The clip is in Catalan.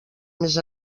més